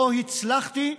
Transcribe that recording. לא הצלחתי,